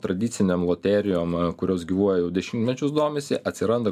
tradiciniam loterijom kurios gyvuoja jau dešimtmečius domisi atsiranda